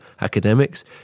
academics